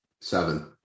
Seven